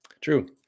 True